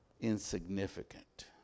insignificant